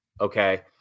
okay